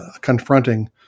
confronting